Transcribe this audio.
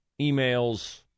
emails